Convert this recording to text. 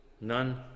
none